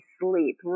sleep